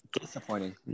Disappointing